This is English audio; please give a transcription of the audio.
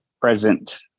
present